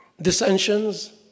Dissensions